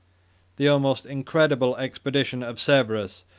the almost incredible expedition of severus,